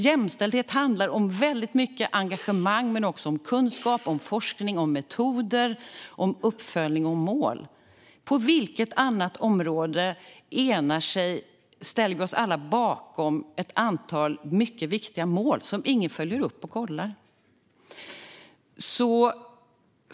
Jämställdhet handlar väldigt mycket om engagemang men också om kunskap, forskning, metoder, uppföljning och mål. På vilket annat område ställer vi oss alla bakom ett antal mycket viktiga mål som ingen följer upp och kollar?